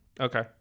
Okay